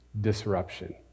disruption